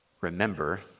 remember